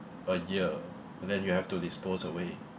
a year and then you have to dispose away